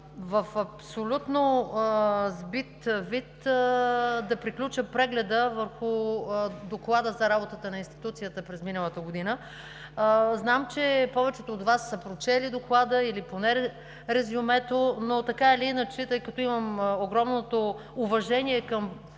в абсолютно сбит вид да приключа прегледа върху Доклада за работата на институцията през миналата година. Знам, че повечето от Вас са прочели Доклада или поне резюмето, но така или иначе, тъй като имам огромното уважение към